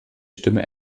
stimme